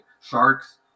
Sharks